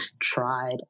tried